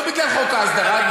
לא בגלל חוק ההסדרה,